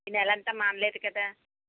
ఈ నెల అంతా మానలేదు కదా